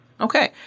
Okay